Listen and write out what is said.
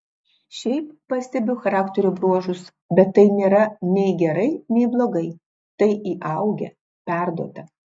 šiaip pastebiu charakterio bruožus bet tai nėra nei gerai nei blogai tai įaugę perduota